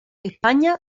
españa